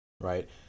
right